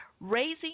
raising